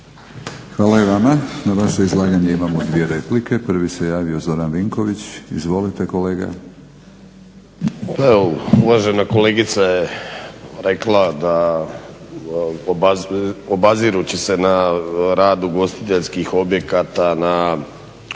Hvala i vama. Na vaše izlaganje imamo 2 replike. Prvi se javio Zoran Vinković. Izvolite kolega. **Vinković, Zoran (HDSSB)** Pa evo, uvažena kolegica je rekla da obazirući se na rad ugostiteljskih objekata, na